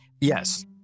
Yes